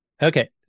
Okay